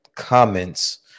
comments